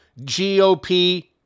GOP